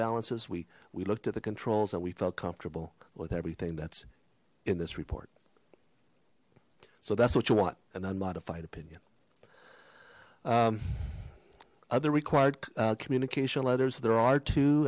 balances we we looked at the controls and we felt comfortable with everything that's in this report so that's what you want an unmodified opinion other required communication letters there are t